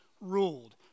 ruled